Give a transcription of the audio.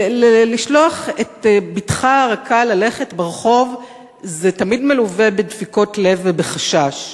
לשלוח את בתך הרכה ללכת ברחוב זה תמיד מלווה בדפיקות לב ובחשש,